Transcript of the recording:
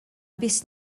biss